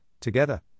together